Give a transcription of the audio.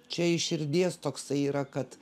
čia iš širdies toksai yra kad